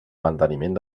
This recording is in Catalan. manteniment